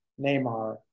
Neymar